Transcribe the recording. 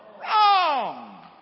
Wrong